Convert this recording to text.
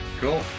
Cool